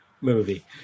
movie